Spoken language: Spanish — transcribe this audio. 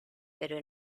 pero